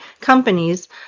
companies